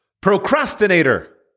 Procrastinator